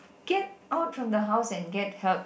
get out from the house and get help